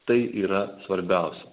tai yra svarbiausia